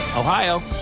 Ohio